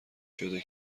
شده